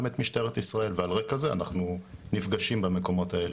את משטרת ישראל ועל רקע זה אנחנו נפגשים במקומות האלה.